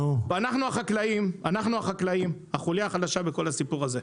אנחנו, החקלאים, החולייה החלשה בכל הסיפור הזה.